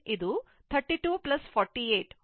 ಈಗ ಈ ಭಾಗವನ್ನು ನೀವು ಗಮನಿಸಿದರೆ V 0 t VCt8040 ಆಗಿದೆ